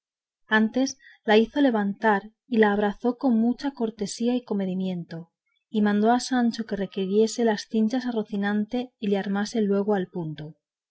antes la hizo levantar y la abrazó con mucha cortesía y comedimiento y mandó a sancho que requiriese las cinchas a rocinante y le armase luego al punto